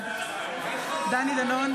בעד דני דנון,